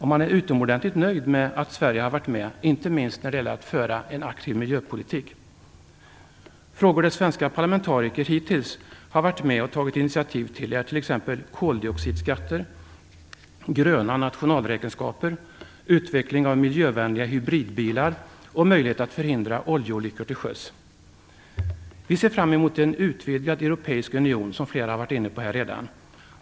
Man är utomordentligt nöjd med att Sverige har varit med - inte minst när det gäller möjligheten att föra en aktiv miljöpolitik. Frågor där svenska parlamentariker hittills har varit med om att ta initiativ gäller t.ex. koldioxidskatter, gröna nationalräkenskaper, utveckling av miljövänliga hybridbilar och möjligheter att förhindra oljeolyckor till sjöss. Vi ser, som flera här i kammaren redan har varit inne på, fram emot en utvidgad europeisk union.